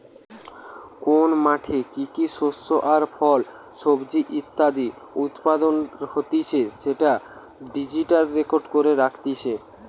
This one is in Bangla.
কোন মাঠে কি কি শস্য আর ফল, সবজি ইত্যাদি উৎপাদন হতিছে সেটা ডিজিটালি রেকর্ড করে রাখতিছে